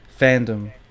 fandom